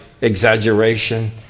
exaggeration